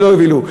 ולא הובילו.